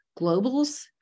globals